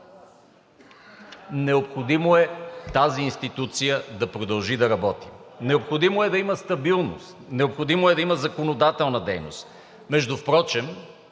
необходимо тази институция да продължи да работи. Необходимо е да има стабилност! Необходимо е да има законодателна дейност! Между другото,